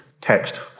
text